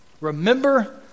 remember